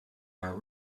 are